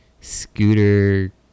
Scooter